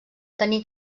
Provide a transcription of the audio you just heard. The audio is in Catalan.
tenir